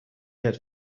had